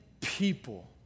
people